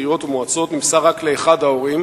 עיריות ומועצות נמסר רק לאחד ההורים,